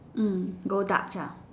mm go Dutch ah